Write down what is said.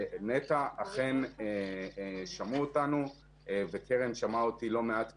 ונת"ע אכן שמעו אותנו וקרן שמעה אותי לא מעט פעמים,